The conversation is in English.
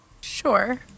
Sure